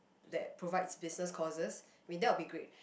that provides business courses mean that will be great